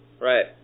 Right